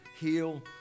heal